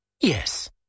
Yes